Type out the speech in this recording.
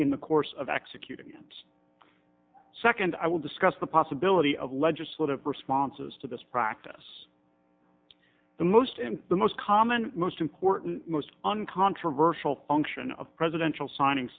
in the course of executing events second i will discuss the possibility of legislative responses to this practice the most and the most common most important most uncontroversial function of presidential signing